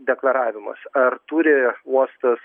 deklaravimas ar turi uostas